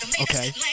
okay